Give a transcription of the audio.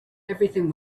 everything